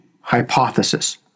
Hypothesis